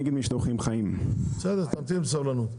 בסדר תמתין בסבלנות.